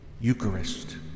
Eucharist